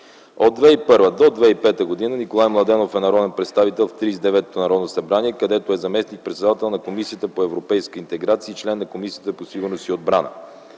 От 2001 до 2005 г. Николай Младенов е народен представител в 39-то Народно събрание, където е заместник-председател на Комисията по европейска интеграция и член на Комисията по сигурност и отбрана.